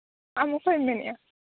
ᱟᱢ ᱚᱠᱚᱭᱮᱢ ᱢᱮᱱᱮᱫᱼᱟ